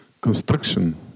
construction